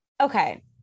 Okay